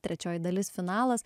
trečioji dalis finalas